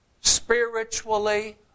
spiritually